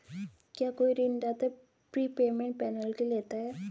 क्या कोई ऋणदाता प्रीपेमेंट पेनल्टी लेता है?